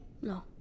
No